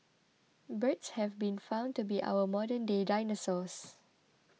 birds have been found to be our modernday dinosaurs